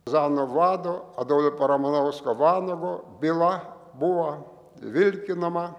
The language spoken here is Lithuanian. zanų vado adolfo ramanausko vanago byla buvo vilkinama